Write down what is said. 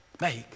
make